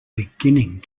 beginning